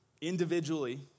Individually